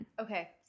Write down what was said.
Okay